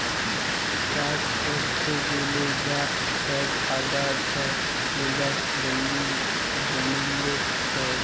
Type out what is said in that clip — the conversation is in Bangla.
চাষ ক্যরতে গ্যালে যা ছব আগাছা গুলা জমিল্লে হ্যয়